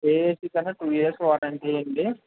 ఏ ఏసీకి ఐనా two years warranty అండి